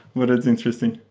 but it's interesting.